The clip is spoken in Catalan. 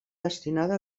destinada